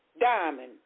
diamond